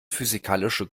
physikalische